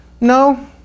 No